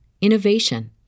innovation